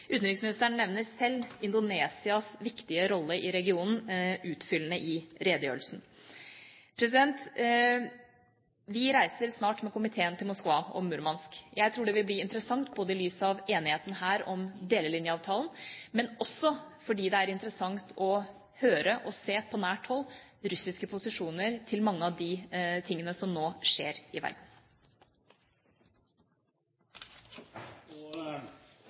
Utenriksministeren nevner sjøl Indonesias viktige rolle i regionen utfyllende i redegjørelsen. Vi reiser snart med komiteen til Moskva og Murmansk. Jeg tror det vil bli interessant, ikke bare i lys av enigheten her om delelinjeavtalen, men også fordi det er interessant å høre og se på nært hold russiske posisjoner til mange av de tingene som nå skjer i